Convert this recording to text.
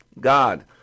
God